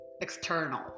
external